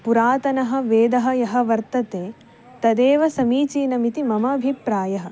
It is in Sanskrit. पुरातनः वेदः यः वर्तते तदेव समीचीनमिति मम अभिप्रायः